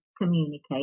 communicate